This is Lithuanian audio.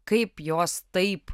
kaip jos taip